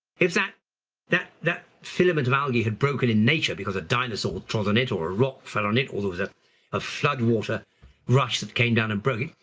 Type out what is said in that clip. if that that filament of algae had broken in nature because a dinosaur trot on it or a rock fell on it or there was ah a flood water rush that came down and broke it,